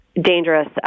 dangerous